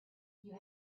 you